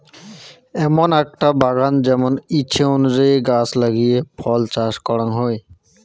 এমন আকটা বাগান যেমন ইচ্ছে অনুযায়ী গছ লাগিয়ে ফল চাষ করাং হই